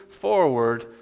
forward